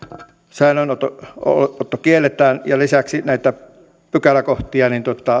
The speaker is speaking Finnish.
säilöönotto kielletään ja lisäksi näitä pykäläkohtia